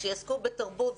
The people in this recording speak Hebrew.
כשיעסקו בתרבות,